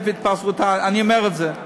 אני אומר את זה.